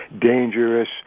dangerous